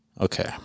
Okay